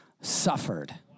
suffered